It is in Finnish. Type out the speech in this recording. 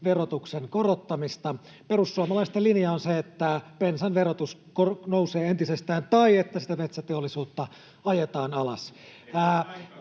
verotuksen korottamista. Perussuomalaisten linja on se, että bensan verotus, korot nousevat entisestään, tai se, että sitä metsäteollisuutta ajetaan alas.